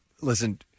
listen